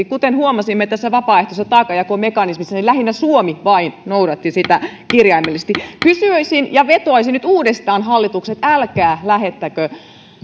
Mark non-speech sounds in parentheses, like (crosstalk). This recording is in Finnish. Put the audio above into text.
(unintelligible) kuten huomasimme tämän vapaaehtoisen taakanjakomekanismin kohdalla lähinnä vain suomi noudatti sitä kirjaimellisesti kysyisin tästä ja vetoaisin nyt uudestaan hallitukseen älkää lähettäkö